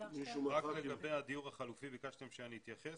לגבי הדיור החלופי, ביקשתם שאני אתייחס.